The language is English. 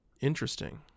Interesting